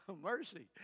Mercy